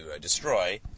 destroy